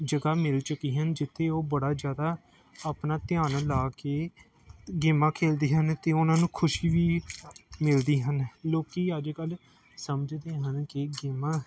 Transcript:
ਜਗ੍ਹਾ ਮਿਲ ਚੁੱਕੀ ਹਨ ਜਿੱਥੇ ਉਹ ਬੜਾ ਜ਼ਿਆਦਾ ਆਪਣਾ ਧਿਆਨ ਲਾ ਕੇ ਗੇਮਾਂ ਖੇਡਦੇ ਹਨ ਅਤੇ ਉਹਨਾਂ ਨੂੰ ਖੁਸ਼ੀ ਵੀ ਮਿਲਦੀ ਹਨ ਲੋਕ ਅੱਜ ਕੱਲ੍ਹ ਸਮਝਦੇ ਹਨ ਕਿ ਗੇਮਾਂ